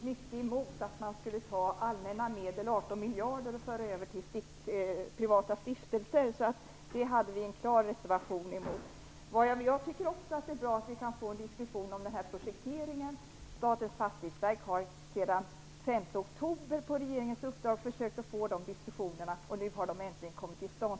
Fru talman! Vi var som bekant mycket emot att man skulle föra över 18 miljarder av allmänna medel till privata stiftelser. Vi inlade en klar reservation mot detta. Också jag tycker att det är bra att vi kan få en diskussion om projekteringen. Statens fastighetsverk har sedan den 5 oktober på regeringens uppdrag försökt att få i gång sådana diskussioner med Chalmers, och de har nu äntligen kommit till stånd.